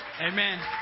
Amen